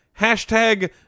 hashtag